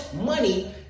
money